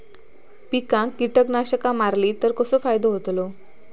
पिकांक कीटकनाशका मारली तर कसो फायदो होतलो?